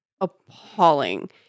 appalling